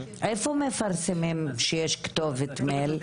איפה מפרסמים שיש כתובת מייל?